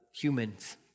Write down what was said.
humans